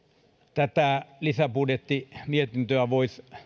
tätä lisäbudjettimietintöä voisi